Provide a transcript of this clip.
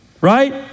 Right